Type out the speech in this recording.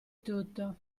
tutto